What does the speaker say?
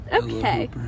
Okay